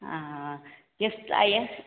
ஆ yes ஆ S